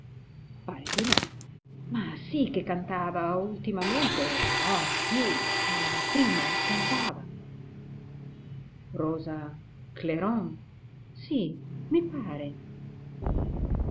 no ma sì che cantava ultimamente no più ma prima cantava rosa clairon sì mi pare